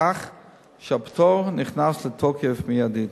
כך שהפטור נכנס לתוקף מיידית.